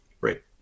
Right